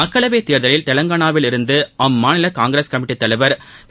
மக்களவைத் தேர்தலில் தெலங்காளாவில் இருந்து அம்மாநில காங்கிரஸ் கமிட்டித் தலைவா் திரு